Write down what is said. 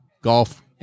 Golf